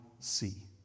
see